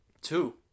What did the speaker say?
two